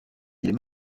est